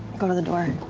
go to the door. and